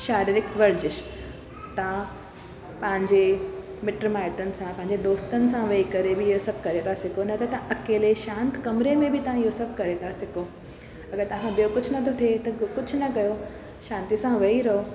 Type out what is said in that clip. शारीरिक वर्ज़िश तव्हां पंहिंजे मिट माइटनि सां पंहिंजे दोस्तनि सां वेही करे बि इहे सभु करे था सघो न त तव्हां अकेले शांति कमरे में बि तव्हां इहो सभु करे था सघो अगर तव्हां खां ॿियो कुझु न थो थिए त कुझु न कयो शांती सां वेही रहो